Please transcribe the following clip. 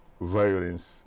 violence